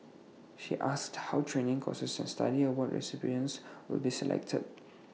he asked how training courses study award recipients will be selected